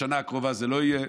בשנה הקרובה זה לא יהיה,